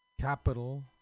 capital